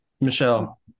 Michelle